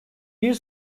bir